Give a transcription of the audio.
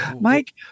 Mike